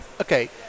Okay